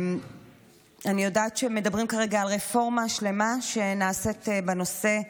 אני יודעת שמדברים כרגע על רפורמה שלמה שנעשית בנושא,